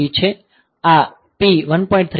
3 છે આ P 1